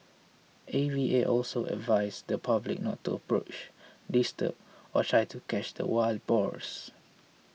A V A also advised the public not to approach disturb or try to catch the wild boars